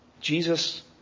Jesus